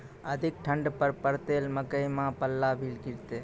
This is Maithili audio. अधिक ठंड पर पड़तैत मकई मां पल्ला भी गिरते?